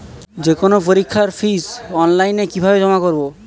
যে কোনো পরীক্ষার ফিস অনলাইনে কিভাবে জমা করব?